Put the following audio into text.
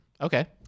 Okay